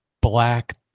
black